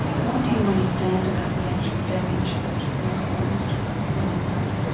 what do you understand about the actual damage that was caused in your brain?